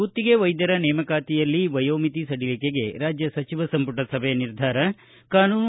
ಗುತ್ತಿಗೆ ವೈದ್ದರ ನೇಮಕಾತಿಯಲ್ಲಿ ವಯೋಮಿತಿ ಸಡಿಲಿಕೆಗೆ ರಾಜ್ಯ ಸಚಿವ ಸಂಪುಟ ಸಭೆ ನಿರ್ಧಾರ ಕಾನೂನು